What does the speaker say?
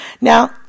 Now